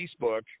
Facebook